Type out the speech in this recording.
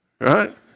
Right